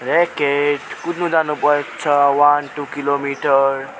racket कुद्नु जानु पर्छ वान टु किलो मिटर